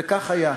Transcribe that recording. וכך היה.